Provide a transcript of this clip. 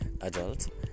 adult